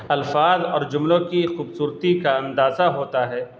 الفاظ اور جملوں کی خوبصورتی کا اندازہ ہوتا ہے